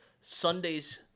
Sunday's